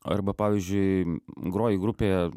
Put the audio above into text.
arba pavyzdžiui groji grupėje